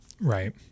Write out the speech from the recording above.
Right